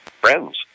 friends